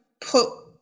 put